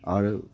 आरो